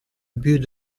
but